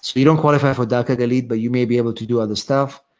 so you don't qualify for daca galid but you may be able to do other stuff.